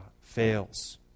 fails